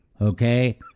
Okay